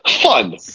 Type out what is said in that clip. Fun